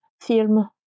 film